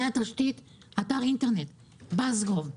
הייתה תשתית של אתר אינטרנט bus.gov.